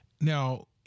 Now